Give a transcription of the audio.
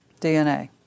dna